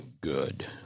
good